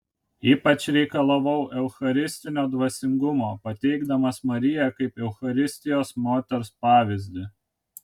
ypač reikalavau eucharistinio dvasingumo pateikdamas mariją kaip eucharistijos moters pavyzdį